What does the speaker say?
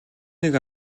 нэг